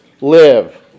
live